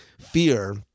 fear